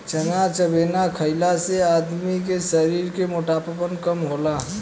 चना चबेना खईला से आदमी के शरीर के मोटापा कम होला